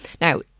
Now